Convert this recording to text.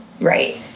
right